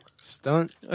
stunt